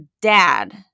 dad